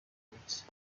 abatutsi